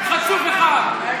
חצוף אחד.